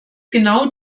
genau